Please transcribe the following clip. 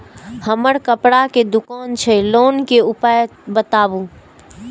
हमर कपड़ा के दुकान छै लोन के उपाय बताबू?